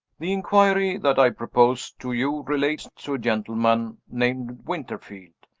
the inquiry that i propose to you relates to a gentleman named winterfield.